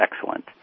excellent